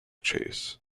chase